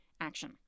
action